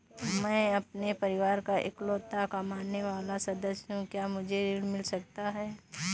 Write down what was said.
मैं अपने परिवार का इकलौता कमाने वाला सदस्य हूँ क्या मुझे ऋण मिल सकता है?